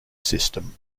system